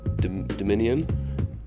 Dominion